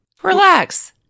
Relax